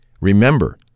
Remember